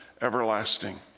everlasting